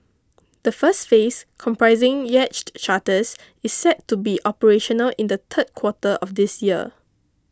the first phase comprising yacht charters is set to be operational in the third quarter of this year